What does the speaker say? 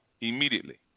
immediately